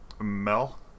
Mel